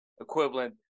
equivalent